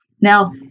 Now